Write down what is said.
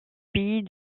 pays